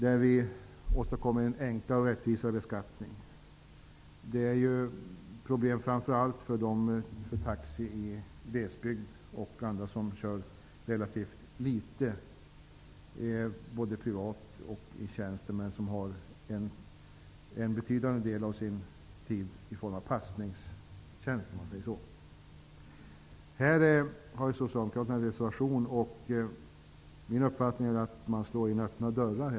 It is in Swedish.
Vi åstadkommer där en enklare och rättvisare beskattning. Problemen gäller framför allt taxi i glesbygd och andra som kör relativt litet både privat och i tjänsten men för vilka en betydande del av tiden så att säga går åt till passning. Socialdemokraterna har i den här delen reserverat sig. Min uppfattning är att de slår in öppna dörrar.